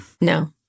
no